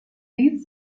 eight